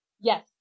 Yes